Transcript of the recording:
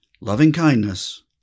Loving-kindness